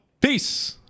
Peace